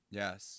yes